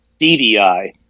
DDI